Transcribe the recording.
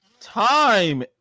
Time